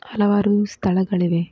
ಹಲವಾರು ಸ್ಥಳಗಳಿವೆ